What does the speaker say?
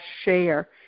share